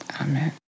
Amen